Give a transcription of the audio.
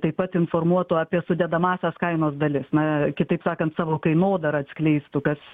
taip pat informuotų apie sudedamąsias kainos dalis na kitaip sakant savo kainodarą atskleistų kas